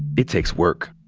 it takes work.